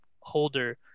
holder